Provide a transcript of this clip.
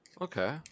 Okay